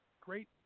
great